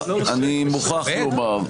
אני מוכרח לומר,